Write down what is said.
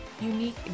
unique